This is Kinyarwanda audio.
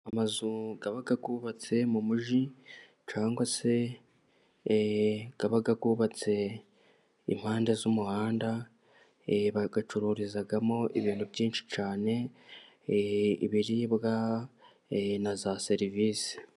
Amazu aba yubatse mu mujyi, cyangwa se aba yubatse impande y'umuhanda, bayacururizamo ibintu byinshi cyane ibiribwa na za serivisi.